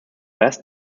west